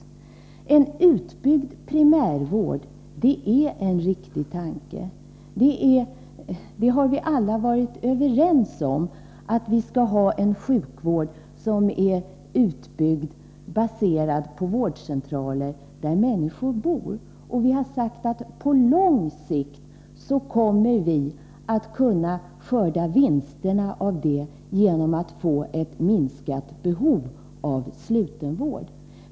Tanken på en utbyggd primärvård är en riktig tanke. Alla har vi varit överens om att vi skall ha en utbyggd sjukvård, som är baserad på vårdcentraler där människor bor. Vi har sagt att på lång sikt kommer vi att kunna skörda vinsterna av detta genom att det blir ett minskat behov av sluten vård.